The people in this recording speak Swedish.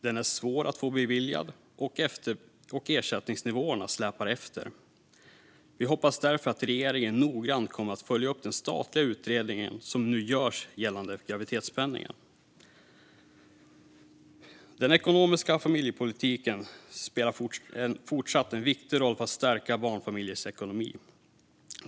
Den är svår att få beviljad, och ersättningsnivåerna släpar efter. Vi hoppas därför att regeringen noggrant kommer att följa upp den statliga utredning som nu gör görs gällande graviditetspenningen. Den ekonomiska familjepolitiken spelar en fortsatt viktig roll för att stärka barnfamiljers ekonomi.